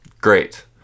Great